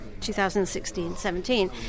2016-17